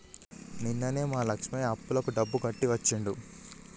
నిన్ననే మా లక్ష్మయ్య అప్పులకు డబ్బులు కట్టి వచ్చిండు